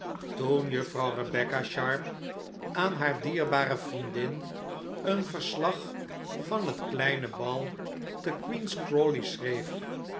toen juffrouw rebecca sharp aan haar dierbare vriendin een verslag van het kleine bal te queen's crawley schreef